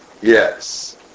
Yes